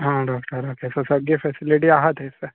आं doctor okay so सगळे facility आसा थंयसर